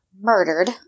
murdered